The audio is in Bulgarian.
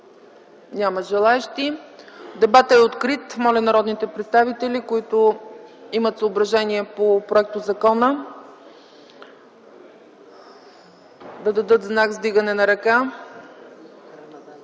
Няма желаещи. Дебатът е открит. Моля народните представители, които имат съображения по проектозакона, да дадат знак с вдигане на ръка.